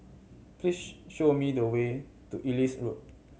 please show me the way to Ellis Road